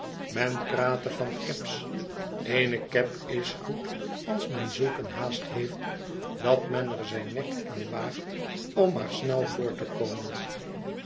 men prate van cabs eene cab is goed als men zulk een haast heeft dat men er zijn nek aan waagt om maar snel voort te komen